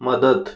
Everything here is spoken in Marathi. मदत